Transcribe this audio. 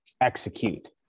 execute